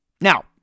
Now